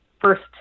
first